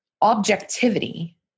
Objectivity